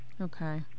Okay